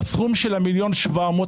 על הסכום של ה-1.7 מיליון,